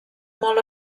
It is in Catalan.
molt